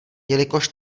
jelikož